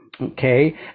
okay